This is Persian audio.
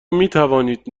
میتوانید